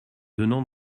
donnant